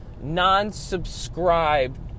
non-subscribed